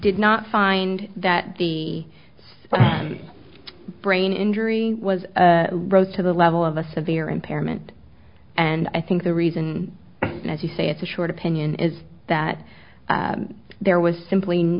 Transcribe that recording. did not find that the brain injury was brought to the level of a severe impairment and i think the reason as you say it's a short opinion is that there was simply